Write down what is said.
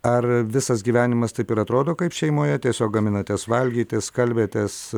ar visas gyvenimas taip ir atrodo kaip šeimoje tiesiog gaminate valgyti skalbiatės